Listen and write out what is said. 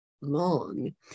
long